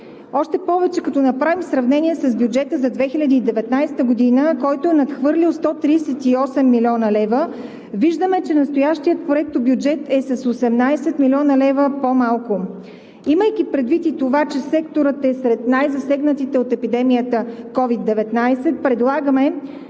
Още повече, като направим сравнение с бюджета за 2019 г., който е надхвърлил 138 млн. лв., виждаме, че настоящият проектобюджет е с 18 млн. лв. по-малко. Имайки предвид, че секторът е сред най-засегнатите от епидемията COVID-19, предлагаме